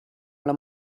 alla